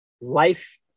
life